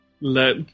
let